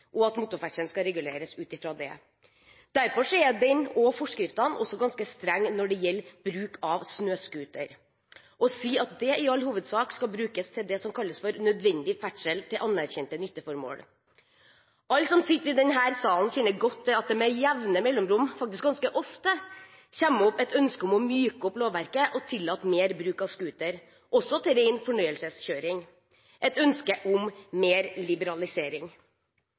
og at motorferdselen skal reguleres ut ifra det. Derfor er den og forskriftene ganske strenge når det gjelder bruk av snøscooter, og sier at bruken i all hovedsak skal være det som kalles nødvendig ferdsel til anerkjente nytteformål. Alle som sitter i denne salen, kjenner godt til at det med jevne mellomrom, faktisk ganske ofte, kommer opp et ønske om å myke opp lovverket og tillate mer bruk av scooter, også til ren fornøyelseskjøring – et ønske om mer liberalisering.